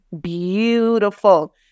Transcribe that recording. beautiful